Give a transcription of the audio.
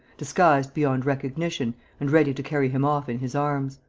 disguised beyond recognition and ready to carry him off in his arms